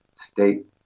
State